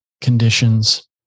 conditions